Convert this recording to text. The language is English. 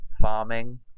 farming